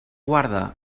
guarda